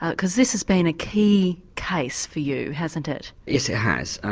ah because this has been a key case for you, hasn't it? yes it has.